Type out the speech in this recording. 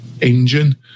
Engine